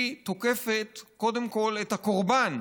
היא תוקפת קודם כול את הקורבן,